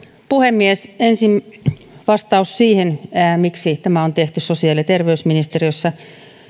puhemies ensin vastaus siihen miksi tämä on tehty sosiaali ja terveysministeriössä